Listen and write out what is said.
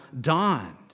dawned